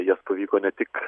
jas pavyko ne tik